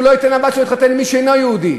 הוא לא ייתן לבת שלו להתחתן עם מי שאינו יהודי,